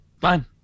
fine